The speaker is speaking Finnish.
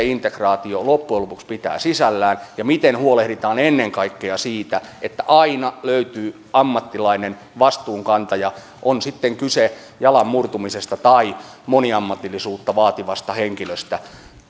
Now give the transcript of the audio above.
integraatio loppujen lopuksi pitää sisällään ja miten huolehditaan ennen kaikkea siitä että aina löytyy ammattilainen vastuunkantaja on sitten kyse jalan murtumisesta tai moniammatillisuutta vaativasta henkilöstä